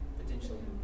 potentially